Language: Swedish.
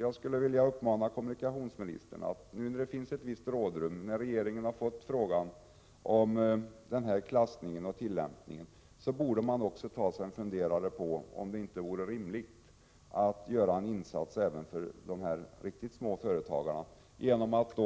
Jag skulle vilja uppmana kommunikationsministern, när det nu finns ett visst rådrum och regeringen har fått frågan om denna klassning och tillämpning, att ta sig en funderare på om det inte vore rimligt att göra en insats även för dessa riktigt små företagare genom att